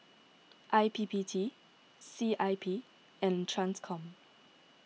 I P P T C I P and Transcom